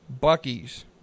Bucky's